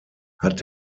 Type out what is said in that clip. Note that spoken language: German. hat